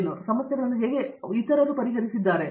ಆ ರೀತಿಯ ಸಮಸ್ಯೆಗಳನ್ನು ಅವರು ಹೇಗೆ ಪರಿಹರಿಸಿದ್ದಾರೆ